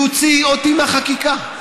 תוציא אותי מהחקיקה,